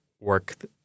work